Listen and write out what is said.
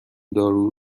دارو